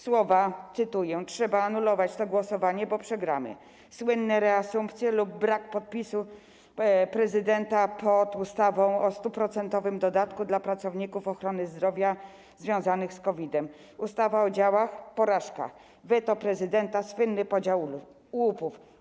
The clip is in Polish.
Słowa, cytuję: „Trzeba anulować to głosowanie, bo przegramy”, słynne reasumpcje lub brak podpisu prezydenta pod ustawą o 100-procentowym dodatku dla pracowników ochrony zdrowia związanym z COVID-em, ustawa o działach - porażka, weto prezydenta, słynny podział łupów.